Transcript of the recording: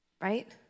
Right